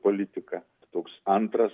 politiką toks antras